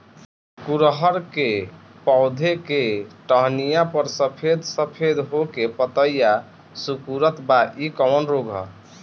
गुड़हल के पधौ के टहनियाँ पर सफेद सफेद हो के पतईया सुकुड़त बा इ कवन रोग ह?